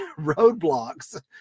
roadblocks